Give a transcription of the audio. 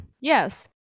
yes